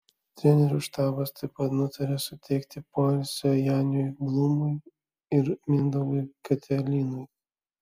trenerių štabas taip pat nutarė suteikti poilsio janiui blūmui ir mindaugui katelynui